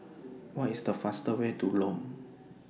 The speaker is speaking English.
What IS The fastest Way to Lome